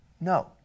no